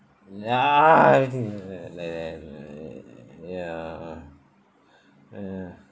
ugh everything like that like that mm ya ya